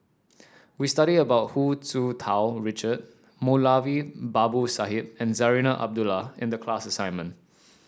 we studied about Hu Tsu Tau Richard Moulavi Babu Sahib and Zarinah Abdullah in the class assignment